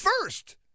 first